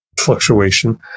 fluctuation